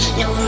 no